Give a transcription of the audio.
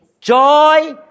joy